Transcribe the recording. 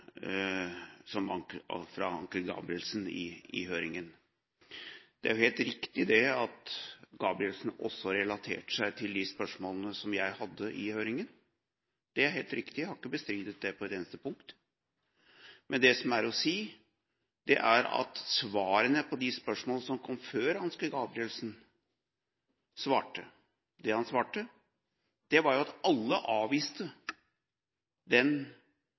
bruken av sitatet fra Ansgar Gabrielsen i høringen. Det er helt riktig at Gabrielsen også relaterte seg til de spørsmålene som jeg hadde i høringen. Det er helt riktig, jeg har ikke bestridt det på et eneste punkt, men svarene på de spørsmålene som kom før Ansgar Gabrielsen svarte det han svarte, var at alle avviste den